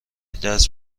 دست